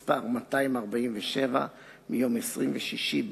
מס' 247, מיום 26 ביוני